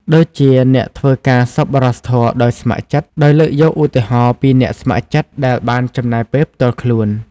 ដូចជា អ្នកធ្វើការសប្បុរសធម៌ដោយស្ម័គ្រចិត្ត ដោយលើកយកឧទាហរណ៍ពីអ្នកស្ម័គ្រចិត្តដែលបានចំណាយពេលផ្ទាល់ខ្លួន។